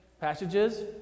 passages